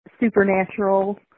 supernatural